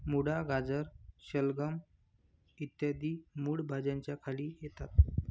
मुळा, गाजर, शलगम इ मूळ भाज्यांच्या खाली येतात